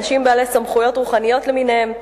אנשים בעלי סמכויות רוחניות למיניהם.